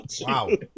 Wow